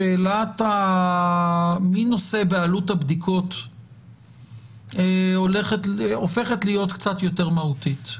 השאלה מי נושא בעלות הבדיקות הולכת והופכת להיות קצת יותר מהותית.